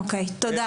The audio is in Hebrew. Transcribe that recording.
אוקי, תודה.